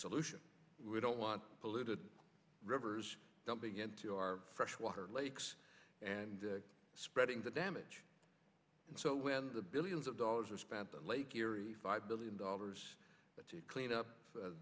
solution we don't want polluted rivers dumping into our freshwater lakes and spreading the damage and so when the billions of dollars are spent on lake erie five billion dollars to clean up